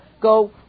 go